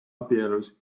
abielus